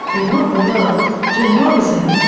we want the world jim morrison,